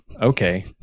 Okay